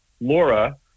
laura